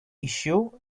issue